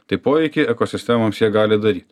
tai poveikį ekosistemoms jie gali daryt